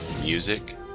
music